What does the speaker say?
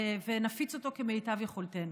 ונפיץ אותו כמיטב יכולתנו.